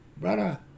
brother